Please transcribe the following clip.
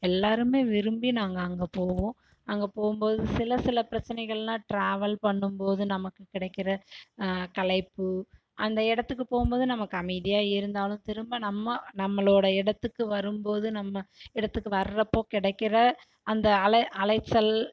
எல்லாருமே விரும்பி நாங்கள் அங்கே போவோம் அங்கே போகும்போது சில சில பிரச்சனைகள்லாம் டிராவல் பண்ணும் போது நமக்கு கிடைக்கிற களைப்பு அந்த இடத்துக்கு போகும்போது நமக்கு அமைதியாக இருந்தாலும் திரும்ப நம்ம நம்மளோடய இடத்துக்கு வரும் போது நம்ம இடத்துக்கு வரப்போது கிடைக்கிற அந்த அலை அலைச்சல்